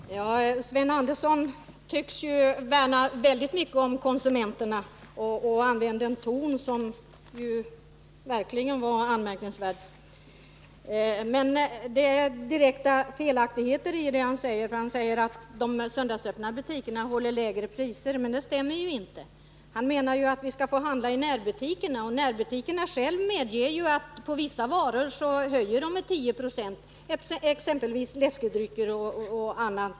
Herr talman! Sven Andersson tycks ju värna mycket om konsumenterna. Han använde en ton som verkligen var anmärkningsvärd. Men det finns direkta felaktigheter i det han säger. Han säger att de söndagsöppna butikerna håller lägre priser. Detta stämmer inte. Han menar att vi skall få handla i närbutikerna, och närbutikerna själva medger ju att på vissa varor höjer de priset med 10 20, exempelvis på läskedrycker.